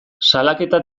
salaketa